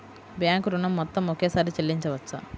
Bank ఋణం మొత్తము ఒకేసారి చెల్లించవచ్చా?